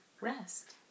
rest